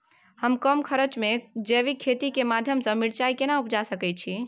हम कम खर्च में जैविक खेती के माध्यम से मिर्चाय केना उपजा सकेत छी?